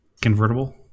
convertible